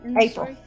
April